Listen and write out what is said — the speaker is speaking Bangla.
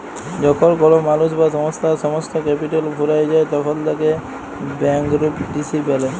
যখল কল মালুস বা সংস্থার সমস্ত ক্যাপিটাল ফুরাঁয় যায় তখল তাকে ব্যাংকরূপটিসি ব্যলে